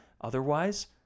Otherwise